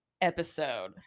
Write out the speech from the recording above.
episode